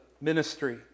ministry